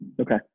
Okay